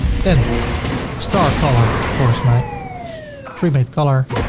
then star color. of course, my pre-made color,